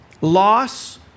loss